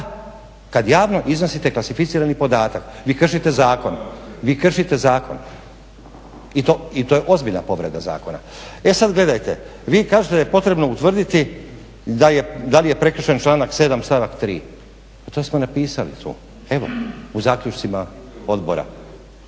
Kad javno iznosite klasificirani podatak, vi kršite zakon. Vi kršite zakon, i to je ozbiljna povreda zakona. E sad gledajte, vi kažete da je potrebno utvrditi da li je prekršen članak 7. stavak 3., pa to smo napisali tu. Evo u zaključcima odbora,